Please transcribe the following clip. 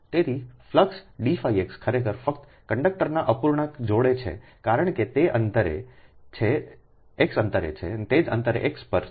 તેથી ફ્લક્સડીφxખરેખર ફક્ત કંડક્ટરના અપૂર્ણાંકને જોડે છે કારણ કે તે અંતરે છે x તે જ અંતરે x પર છે